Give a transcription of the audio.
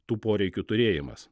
tų poreikių turėjimas